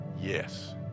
yes